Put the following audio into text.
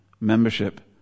membership